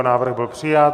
Návrh byl přijat.